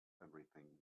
everything